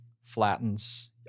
flattens